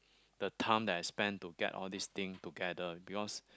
the time that I spend to get all these thing together because